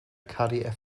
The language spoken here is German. kdf